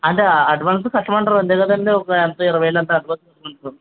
అంటే అడ్వాన్స్ కట్టమంటారండి అంతే కదండి ఒక ఎంత ఇరవైవేలు ఎంతో